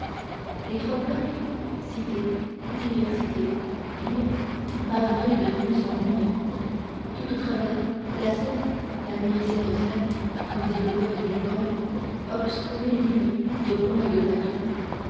les trois blocs cité université ville marbrés de rues sans nombre tout au travers la seine la nourricière seine comme dit le père du breul obstruée d'îles de ponts et de bateaux